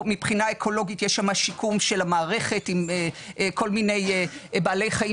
מבחינה אקולוגית יש שם שיקום של המערכת עם כל מיני בעלי חיים